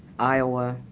iowa,